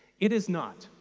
it is not.